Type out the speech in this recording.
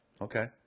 Okay